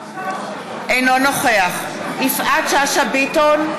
אינו נוכח יפעת שאשא ביטון,